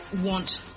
want